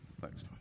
Thanks